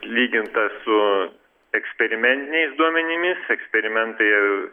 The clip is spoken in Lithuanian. lyginta su eksperimentiniais duomenimis eksperimentai